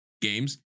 games